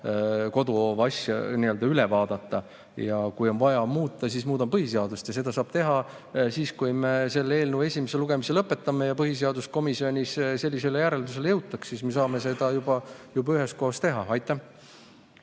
koduhoovi asju üle vaadata. Ja kui on vaja muuta põhiseadust, siis muudame. Seda saab teha siis, kui me selle eelnõu esimese lugemise lõpetame ja põhiseaduskomisjonis sellisele järeldusele jõutakse. Siis me saame seda juba üheskoos teha. Aitäh!